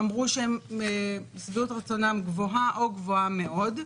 אמרו ששביעות רצונם גבוהה או גבוהה מאוד.